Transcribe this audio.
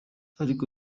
ariko